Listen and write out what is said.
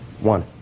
One